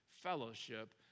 fellowship